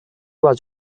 was